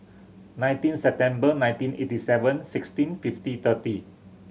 nineteen September nineteen eighty seven sixteen fifty thirty